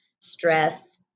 stress